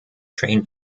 train